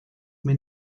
mir